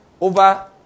over